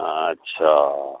अच्छा